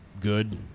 good